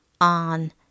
on